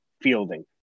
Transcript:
fielding